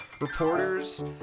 reporters